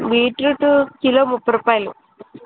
beetroot kilo ముప్పై రుపాయలు